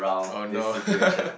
oh no